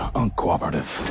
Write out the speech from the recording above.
uncooperative